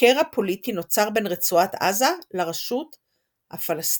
וקרע פוליטי נוצר בין רצועת עזה לרשות הפלסטינית.